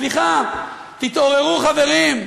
סליחה, תתעוררו, חברים.